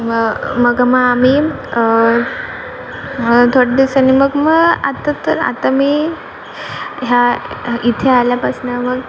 मग मग मग आम्ही मग थोडे दिवसांनी मग मग आत्ता तर आत्ता मी ह्या इथे आल्यापासून मग